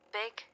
big